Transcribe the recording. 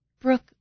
Brooke